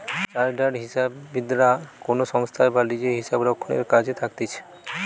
chartered হিসাববিদরা কোনো সংস্থায় বা লিজে হিসাবরক্ষণের কাজে থাকতিছে